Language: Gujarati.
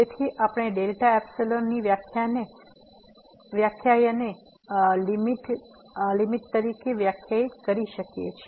તેથી આપણે ડેલ્ટા એપ્સીલોન વ્યાખ્યાને લીમીટ તરીકે વ્યાખ્યાયિત કરી શકીએ છીએ